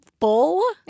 full